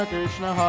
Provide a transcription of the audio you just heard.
Krishna